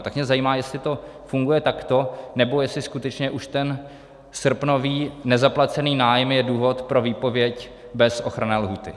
Tak mě zajímá, jestli to funguje takto, nebo jestli skutečně už ten srpnový nezaplacený nájem je důvod pro výpověď bez ochranné lhůty.